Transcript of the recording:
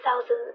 thousand